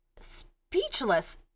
speechless